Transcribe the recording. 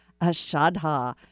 Ashadha